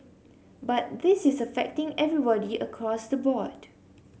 but this is affecting everybody across the board